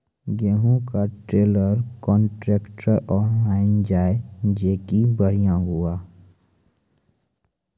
गेहूँ का trailer contractor online जाए जैकी बढ़िया हुआ